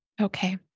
Okay